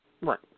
Right